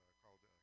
called